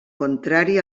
contrari